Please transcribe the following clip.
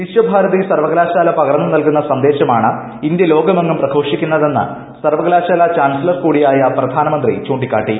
വിശ്വഭാരതി സർവ്വകലാശാല പകർന്നു നൽകുന്ന സന്ദേശമാണ് ഇന്ത്യ ലോകമെങ്ങും പ്രപ്രഘോഷിക്കുന്നതെന്ന് സർവ്വകലാശാല ചാൻസലർ കൂടിയ്യായി പ്രധാനമന്ത്രി ചൂണ്ടിക്കാട്ടി